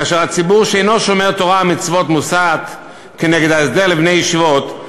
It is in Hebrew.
כאשר הציבור שאינו שומר תורה ומצוות מוסת נגד ההסדר לבני ישיבות,